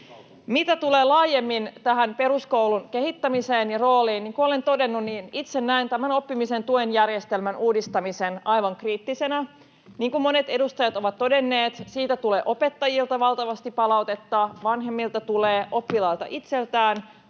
Mitä tulee laajemmin tähän peruskoulun kehittämiseen ja rooliin, niin kuten olen todennut, niin itse näen tämän oppimisen tuen järjestelmän uudistamisen aivan kriittisenä. Niin kuin monet edustajat ovat todenneet, siitä tulee valtavasti palautetta opettajilta, vanhemmilta tulee, oppilailta itseltään.